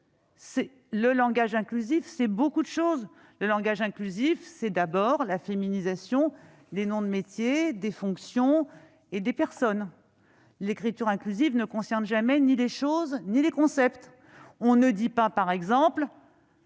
Le langage inclusif, c'est beaucoup de choses. C'est d'abord la féminisation des noms de métiers, de fonctions et de personnes. L'écriture inclusive ne concerne jamais ni les choses ni les concepts. Par exemple,